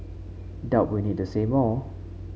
doubt we need to say more